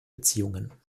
beziehungen